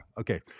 Okay